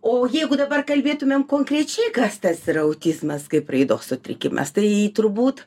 o jeigu dabar kalbėtumėm konkrečiai kas tas yra autizmas kaip raidos sutrikimas tai turbūt